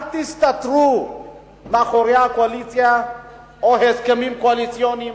אל תסתתרו מאחורי הקואליציה או הסכמים קואליציוניים,